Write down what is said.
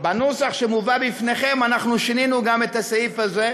בנוסח שמובא בפניכם שינינו גם את הסעיף הזה,